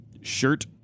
shirt